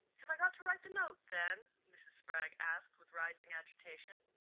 have i got to write the note, then? mrs. spragg asked with rising agitation.